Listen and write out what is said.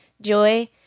joy